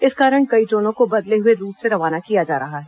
इस कारण कई ट्रेनों को बदले हुए रूट से रवाना किया जा रहा है